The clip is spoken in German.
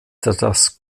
das